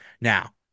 Now